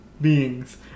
beings